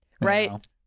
Right